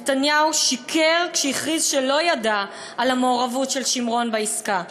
נתניהו שיקר כשהכריז שלא ידע על המעורבות של שמרון בעסקה.